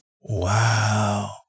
Wow